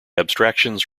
abstractions